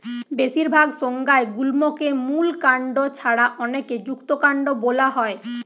বেশিরভাগ সংজ্ঞায় গুল্মকে মূল কাণ্ড ছাড়া অনেকে যুক্তকান্ড বোলা হয়